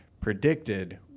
predicted